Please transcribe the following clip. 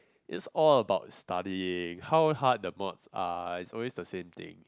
is all about studying how hard the mods are is always the same thing